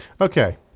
okay